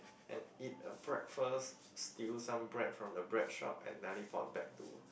and eat a breakfast steal some bread from the bread shop and teleport to